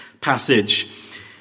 passage